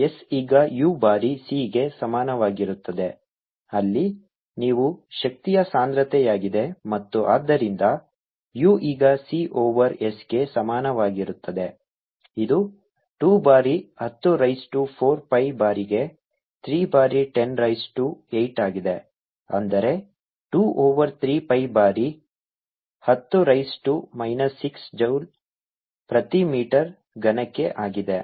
S ಈಗ u ಬಾರಿ c ಗೆ ಸಮಾನವಾಗಿರುತ್ತದೆ ಅಲ್ಲಿ ನೀವು ಶಕ್ತಿಯ ಸಾಂದ್ರತೆಯಾಗಿದೆ ಮತ್ತು ಆದ್ದರಿಂದ u ಈಗ c ಓವರ್ s ಗೆ ಸಮಾನವಾಗಿರುತ್ತದೆ ಇದು 2 ಬಾರಿ ಹತ್ತು ರೈಸ್ ಟು 4 ಪೈ ಬಾರಿಗೆ 3 ಬಾರಿ 10 ರೈಸ್ ಟು 8 ಆಗಿದೆ ಅಂದರೆ 2 ಓವರ್ 3 ಪೈ ಬಾರಿ ಹತ್ತು ರೈಸ್ ಟು ಮೈನಸ್ 6 ಜೂಲ್ ಪ್ರತಿ ಮೀಟರ್ ಘನಕ್ಕೆ ಆಗಿದೆ